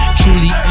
truly